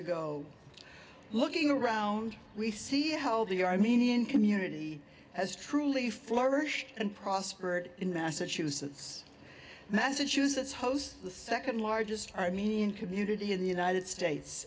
ago looking around we see how the armenian community has truly flourish and prosper in massachusetts massachusetts hosts the second largest armenian community in the united states